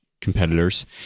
competitors